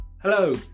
Hello